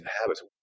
habits